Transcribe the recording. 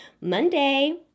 Monday